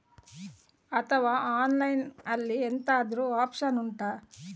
ಅಥವಾ ಆನ್ಲೈನ್ ಅಲ್ಲಿ ಎಂತಾದ್ರೂ ಒಪ್ಶನ್ ಉಂಟಾ